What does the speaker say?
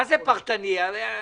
בסדר,